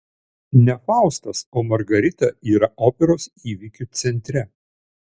ne faustas o margarita yra operos įvykių centre